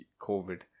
COVID